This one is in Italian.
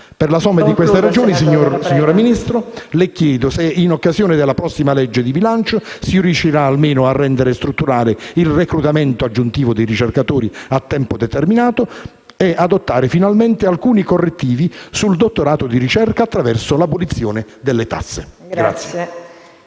Per la somma di queste ragioni, signor Ministro, le chiedo se in occasione della prossima manovra di bilancio si riuscirà almeno a rendere strutturale il reclutamento aggiuntivo di ricercatori a tempo determinato e ad adottare, finalmente, alcuni correttivi sul dottorato di ricerca attraverso l'abolizione delle tasse.